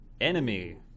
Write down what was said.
enemy